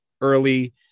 early